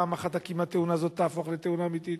פעם אחת הכמעט-תאונה הזאת תהפוך לתאונה אמיתית,